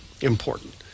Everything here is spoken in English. important